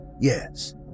Yes